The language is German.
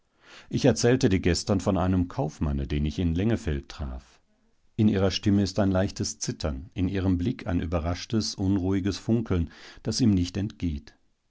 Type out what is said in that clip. ich erzählte dir gestern von einem kaufmanne den ich in lengefeldt traf in ihrer stimme ist ein leichtes zittern in ihrem blick ein überraschtes unruhiges funkeln das ihm nicht entgeht